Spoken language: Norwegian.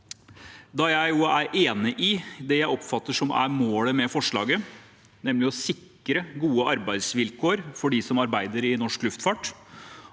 da jeg er enig i det jeg oppfatter som målet med forslaget: – å sikre gode arbeidsvilkår for dem som arbeider i norsk luftfart